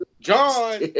John